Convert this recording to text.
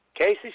Casey